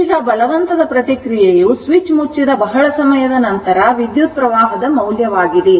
ಈಗ ಬಲವಂತದ ಪ್ರತಿಕ್ರಿಯೆಯು ಸ್ವಿಚ್ ಮುಚ್ಚಿದ ಬಹಳ ಸಮಯದ ನಂತರದ ವಿದ್ಯುತ್ಪ್ರವಾಹದ ಮೌಲ್ಯವಾಗಿದೆ